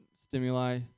stimuli